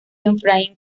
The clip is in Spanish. efraín